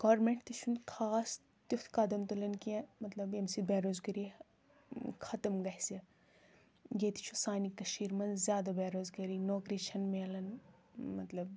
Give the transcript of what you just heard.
government تہِ چھُنہٕ خاص تیُتھ قَدَم تُلان کیٚنٛہہ مطلب ییٚمہِ سۭتۍ بےٚ روزگٲری خَتم گَسہِ ییٚتہِ چھُ سانہِ کٔشیٖر منز زیاد بےٚ روزگٲری نوکری چھ نہٕ مِلان مطلب